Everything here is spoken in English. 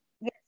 Yes